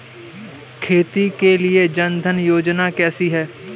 खेती के लिए जन धन योजना कैसी है?